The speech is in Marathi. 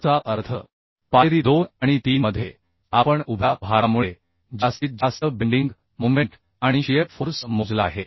याचा अर्थ पायरी 2 आणि 3 मध्ये आपण उभ्या भारामुळे जास्तीत जास्त बेंडिंग मोमेंट आणि शिअर फोर्स मोजला आहे